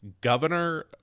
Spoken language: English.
Governor